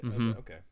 okay